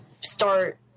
start